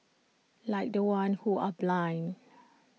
like the ones who are blind